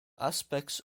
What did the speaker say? aspects